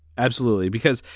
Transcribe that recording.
absolutely. because.